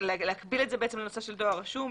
להקביל את זה לנושא של דואר רשום.